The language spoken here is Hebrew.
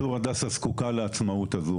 צור הדסה זקוקה לעצמאות הזו.